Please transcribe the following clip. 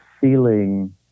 feeling